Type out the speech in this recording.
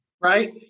Right